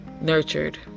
nurtured